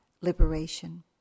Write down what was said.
liberation